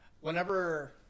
whenever